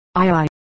ii